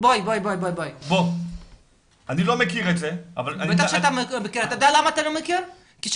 בוודאי שאתה לא מכיר, אתה יודע למה אתה לא מכיר?